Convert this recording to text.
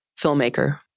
filmmaker